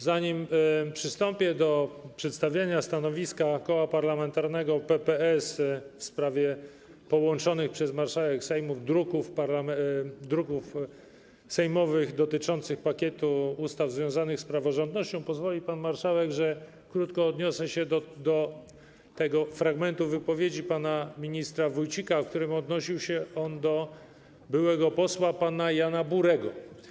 Zanim przystąpię do przedstawiania stanowiska Koła Parlamentarnego PPS w sprawie połączonych przez marszałek Sejmu druków sejmowych dotyczących pakietu ustaw związanych z praworządnością, pozwoli pan marszałek, że krótko odniosę się do tego fragmentu wypowiedzi pana ministra Wójcika, w którym odnosił się on do byłego pasła pana Jana Burego.